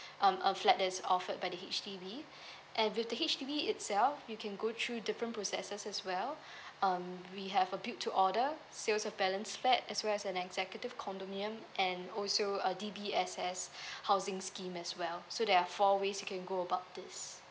um a flat that is offered by the H_D_B and with the H_D_B itself you can go through different process as well um we have a built to order sales of balance flat as well as an executive condominium and also a D_B_S_S housing scheme as well so there are four ways you can go about this